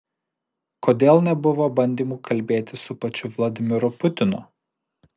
kodėl nebuvo bandymų kalbėti su pačiu vladimiru putinu